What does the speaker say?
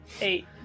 Eight